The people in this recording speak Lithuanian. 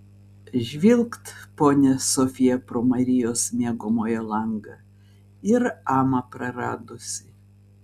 žvilgt ponia sofija pro marijos miegamojo langą ir amą praradusi